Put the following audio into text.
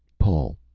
paul,